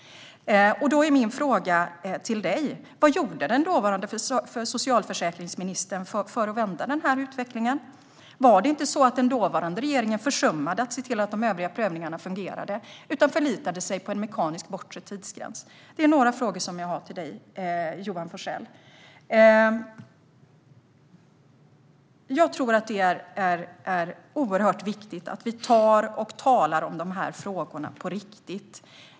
Jag har några frågor till dig, Johan Forssell: Vad gjorde den dåvarande socialförsäkringsministern för att vända utvecklingen? Var det inte så att den dåvarande regeringen försummade att se till att de övriga prövningarna fungerade utan förlitade sig på en mekanisk bortre tidsgräns? Jag tror att det är oerhört viktigt att vi talar om dessa frågor på riktigt.